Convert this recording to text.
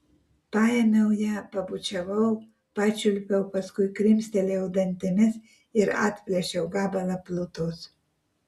paėmiau ją pabučiavau pačiulpiau paskui krimstelėjau dantimis ir atplėšiau gabalą plutos